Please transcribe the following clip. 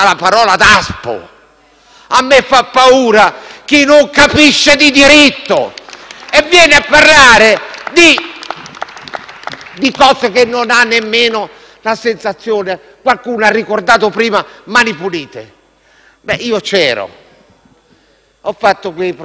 A me fa paura chi non capisce di diritto e viene a parlare di cose di cui non dà nemmeno la sensazione di capire. Qualcuno ha ricordato prima Mani pulite: io c'ero a quei processi d'appello,